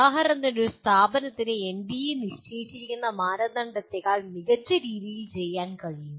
ഉദാഹരണത്തിന് ഒരു സ്ഥാപനത്തിന് എൻബിഎ നിശ്ചയിച്ചിരിക്കുന്ന മാനദണ്ഡങ്ങളേക്കാൾ മികച്ച രീതിയിൽ ചെയ്യാൻ കഴിയും